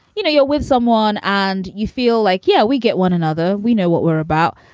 you know you're with someone and you feel like, yeah, we get one another. we know what we're about.